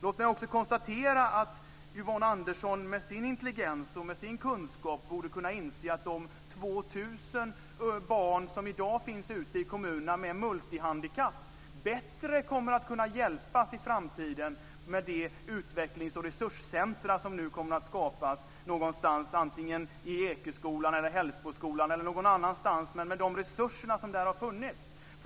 Låt mig också konstatera att Yvonne Andersson med sin intelligens och med sin kunskap borde kunna inse att de 2 000 barn med multihandikapp som i dag finns ute i kommunerna bättre kommer att kunna hjälpas i framtiden med de utvecklings och resurscentrer som nu kommer att skapas. Det blir antingen i Ekeskolan, i Hällsboskolan eller någon annanstans, men det blir med de resurser som har funnits på specialskolorna tidigare.